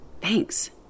Thanks